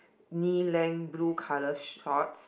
knee length blue colour shorts